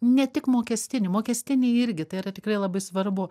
ne tik mokestinį mokestinį irgi tai yra tikrai labai svarbu